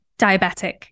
diabetic